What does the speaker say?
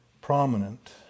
prominent